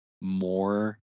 more